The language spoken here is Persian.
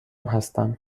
هستم